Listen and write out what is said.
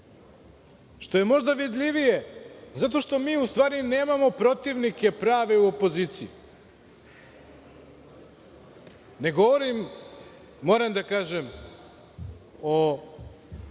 što je možda vidljivije, zato što mi u stvari nemamo protivnike prave u opoziciji. Ne govorim, moram da kažem, o